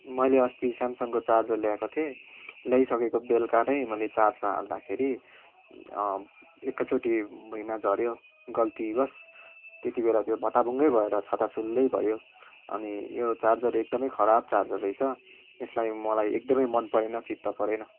मैले अस्ति स्यामसङको चार्जर ल्याएको थिएँ ल्याइसकेको बेलुका नै मैले चार्जमा हाल्दाखेरि एकैचोटि भुइँमा झऱ्यो गल्तीवश त्यतिबेला त्यो भताभुङ्गै भएर छताछुल्लै भयो अनि यो चार्जर एकदमै खराब चार्जर रहेछ यसलाई मलाई एकदमै मन परेन चित्त परेन